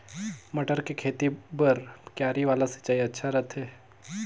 मटर के खेती बर क्यारी वाला सिंचाई अच्छा रथे?